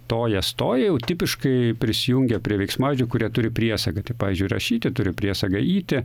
tojas toja jau tipiškai prisijungia prie veiksmažodžių kurie turi priesagą tai pavyzdžiui rašyti turi priesagą yti